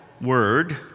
word